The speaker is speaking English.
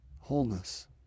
wholeness